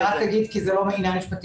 אני אגיד כי זה לא עניין משפטי.